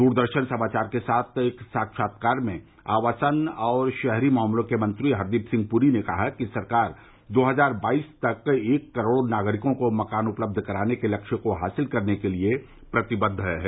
दूरदर्शन समाचार के साथ साक्षात्कार में आवासन और शहरी मामलों के मंत्री हरदीप सिंह पुरी ने कहा कि सरकार दो हजार बाईस तक एक करोड़ नागरिकों को मकान उपलब्ध कराने के लक्ष्य को हासिल करने के लिए प्रतिबद्द है